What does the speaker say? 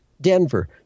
Denver